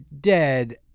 dead